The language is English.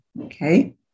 Okay